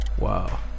Wow